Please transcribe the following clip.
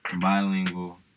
bilingual